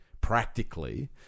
practically